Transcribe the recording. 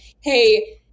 hey